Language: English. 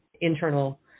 internal